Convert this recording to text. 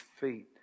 feet